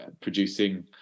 producing